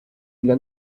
для